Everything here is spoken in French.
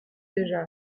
déjà